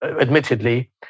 admittedly